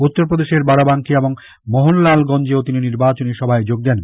উত্তর প্রদেশের বারাবাঙ্কি এবং মোহনলালগঞ্জেও তিনি নির্বাচনী সভায় যোগ দেন